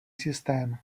systém